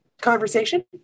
conversation